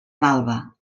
malva